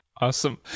Awesome